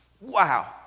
Wow